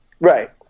Right